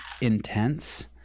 intense